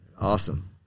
Awesome